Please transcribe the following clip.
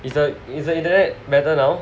is a is the internet better now